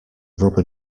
rubber